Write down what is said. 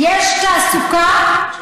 יש תעסוקה,